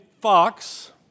Fox